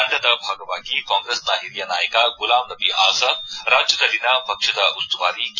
ತಂಡದ ಭಾಗವಾಗಿ ಕಾಂಗ್ರೆಸ್ನ ಹಿರಿಯ ನಾಯಕ ಗುಲಾಂ ನಬಿ ಆಜಾದ್ ರಾಜ್ಜದಲ್ಲಿನ ಪಕ್ಷದ ಉಸ್ತುವಾರಿ ಕೆ